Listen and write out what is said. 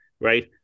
right